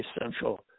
essential